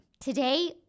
Today